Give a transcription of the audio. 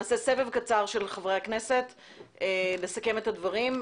נעשה סבב קצר של חברי הכנסת לסכם את הדברים.